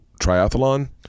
Triathlon